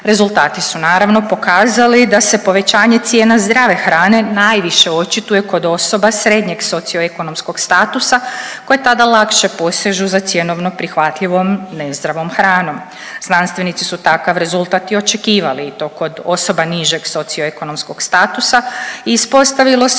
Rezultati su naravno pokazali da se povećanje cijena zdrave hrane najviše očituje kod osoba srednjeg socioekonomskog statusa koje tada lakše posežu za cjenovno prihvatljivom nezdravom hranom. Znanstveni su takav rezultat i očekivali i to kod osoba nižeg socioekonomskog statusa i ispostavilo se